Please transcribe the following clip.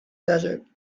desert